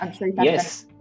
yes